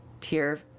tier